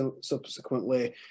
subsequently